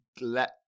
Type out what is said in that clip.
let